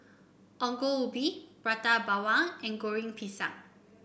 Ongol Ubi Prata Bawang and Goreng Pisang